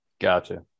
Gotcha